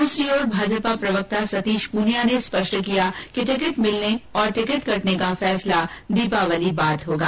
दूसरी ओर भाजपा प्रवक्ता सतीश पूनिया ने स्पष्ट किया कि टिकट मिलने और टिकट कटने का फैसला दीपावली बाद होगा